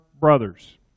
brothers